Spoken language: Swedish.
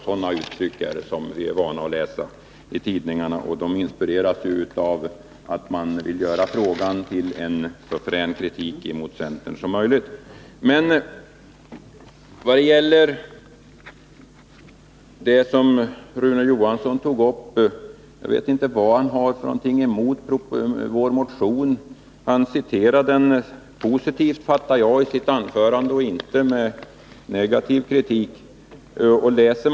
Sådana uttryck är det vi är vana att läsa i tidningarna, och de inspireras av att man vill använda frågan till en så frän kritik som möjligt mot centern. Jag vet inte vad Rune Johansson har emot vår motion. Som jag förstår citerade han den positivt i sitt anförande och anförde ingen kritik mot den.